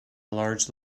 large